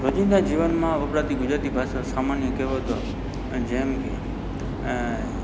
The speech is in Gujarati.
રોજિંદા જીવનમાં વપરાતી ગુજરાતી ભાષા સામાન્ય કહેવતો અને જેમ કે